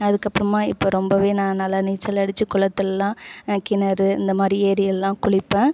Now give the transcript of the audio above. அதற்கப்றமா இப்போ ரொம்பவே நான் நல்லா நீச்சல் அடிச்சி குளத்லலாம் கிணறு இந்தமாதிரி ஏரிலலாம் குளிப்பேன்